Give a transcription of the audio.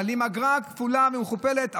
מעלים אגרה כפולה ומכופלת,